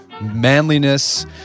manliness